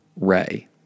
Ray